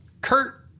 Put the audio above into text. Kurt